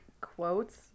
quotes